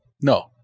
no